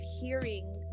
hearing